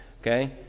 okay